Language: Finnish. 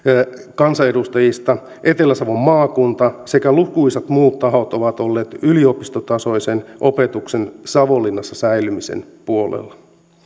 kansanedustajista eduskunnassa etelä savon maakunta sekä lukuisat muut tahot ovat olleet yliopistotasoisen opetuksen savonlinnassa säilymisen puolella